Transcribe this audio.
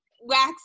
wax